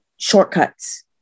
shortcuts